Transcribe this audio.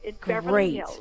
Great